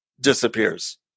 disappears